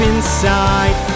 inside